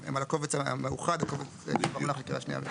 על הקובץ המאוחד שמונח לקריאה שנייה ושלישית.